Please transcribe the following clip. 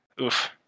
Oof